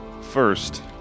first